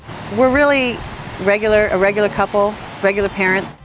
we're really regular, a regular couple. regular parents.